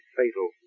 fatal